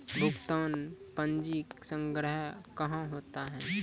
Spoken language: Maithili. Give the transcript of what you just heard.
भुगतान पंजी संग्रह कहां होता हैं?